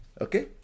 okay